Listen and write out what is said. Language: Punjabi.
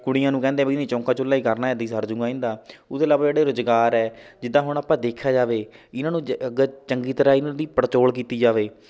ਕੁੜੀਆਂ ਨੂੰ ਕਹਿੰਦੇ ਵੀ ਇਹਨੇ ਚੌਂਕਾ ਚੁੱਲ੍ਹਾ ਹੀ ਕਰਨਾ ਏ ਐਦੀਂ ਹੀ ਸਰਜੂਂਗਾ ਇਹਨਾਂ ਦਾ ਉਹ ਤੋਂ ਇਲਾਵਾ ਜਿਹੜਾ ਰੁਜ਼ਗਾਰ ਹੈ ਜਿੱਦਾਂ ਹੁਣ ਆਪਾਂ ਦੇਖਿਆ ਜਾਵੇ ਇਹਨਾਂ ਨੂੰ ਜ ਗ ਚੰਗੀ ਤਰ੍ਹਾਂ ਇਹਨਾਂ ਦੀ ਪੜਚੋਲ ਕੀਤੀ ਜਾਵੇ